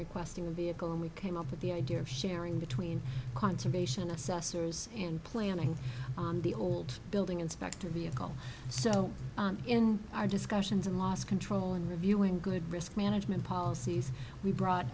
requesting a vehicle and we came up with the idea of sharing between conservation assessors and planning on the old building inspector vehicle so in our discussions in los control in reviewing good risk management policies we brought